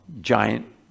giant